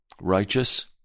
righteous